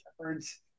shepherds